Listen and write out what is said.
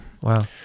Wow